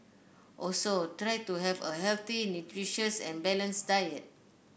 also try to have a healthy nutritious and balanced diet